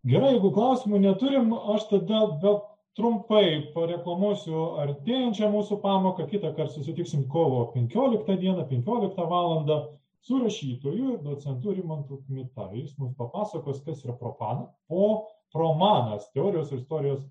gerai jeigu klauimų neturim aš tada gal trumpai pareklamuosiu artėjančią mūsų pamoka kitąkart susitiksim kovo penkioliktą dieną penkioliktą valandą su rašytoju docentu rimantu kmita jis mums papasakos kas yra pop romanas o romanas teorijos istorijos